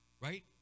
Right